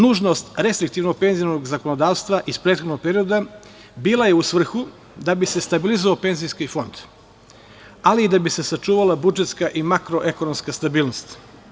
Nužnost restriktivnog penzionog zakonodavstva iz prethodnog perioda bila je u svrhu da bi se stabilizovao penzijski fond, ali i da bi se sačuvala budžetska i makroekonomska stabilnost.